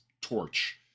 torch